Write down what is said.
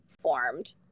formed